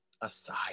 aside